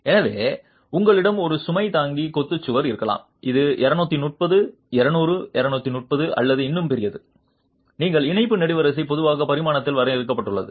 எனவே உங்களிடம் ஒரு சுமை தாங்கி கொத்து சுவர் இருக்கலாம் இது 230 200 230 அல்லது இன்னும் பெரியது உங்கள் இணைப்பு நெடுவரிசை பொதுவாக பரிமாணத்தில் வரையறுக்கப்பட்டுள்ளது